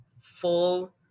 full